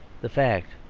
the fact,